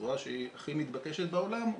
בצורה שהיא הכי מתבקשת בעולם,